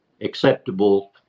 acceptable